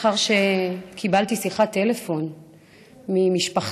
לאחר שקיבלתי שיחת טלפון ממשפחתה